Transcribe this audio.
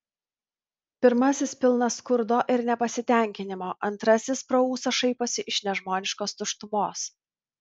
pirmasis pilnas skurdo ir nepasitenkinimo antrasis pro ūsą šaiposi iš nežmoniškos tuštumos